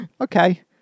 okay